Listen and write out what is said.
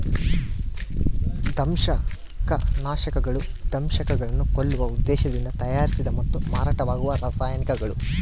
ದಂಶಕನಾಶಕಗಳು ದಂಶಕಗಳನ್ನು ಕೊಲ್ಲುವ ಉದ್ದೇಶದಿಂದ ತಯಾರಿಸಿದ ಮತ್ತು ಮಾರಾಟವಾಗುವ ರಾಸಾಯನಿಕಗಳು